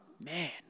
man